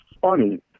funny